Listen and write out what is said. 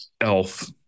Elf